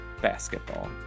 basketball